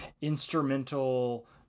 instrumental